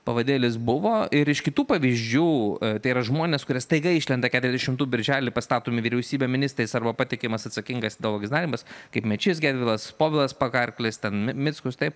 pavadėlis buvo ir iš kitų pavyzdžių tai yra žmonės kurie staiga išlenda keturiasdešimtų birželį pastatomi vyriausybė ministrais arba patikimas atsakingas ideologinis darbas kaip mečys gedvilas povilas pakarklis ten mi mickus taip